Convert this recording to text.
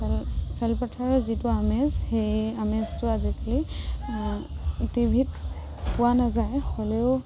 খেল খেলপথাৰৰ যিটো আমেজ সেই আমেজটো আজিকালি টিভিত পোৱা নাযায় হ'লেও